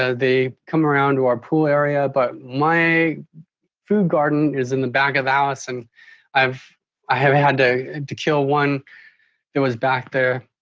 ah they come around to our pool area, but my food garden is in the back of house, and i've i haven't had to and to kill one that was back there.